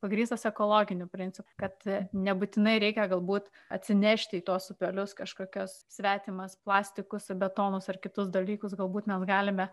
pagrįstas ekologiniu principu kad nebūtinai reikia galbūt atsinešti į tuos upelius kažkokias svetimas plastikus betonus ar kitus dalykus galbūt mes galime